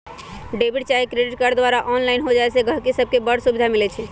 debit चाहे credit card द्वारा online हो जाय से गहकि सभके बड़ सुभिधा मिलइ छै